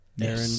Aaron